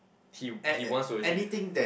he he wants to achieve